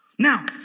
Now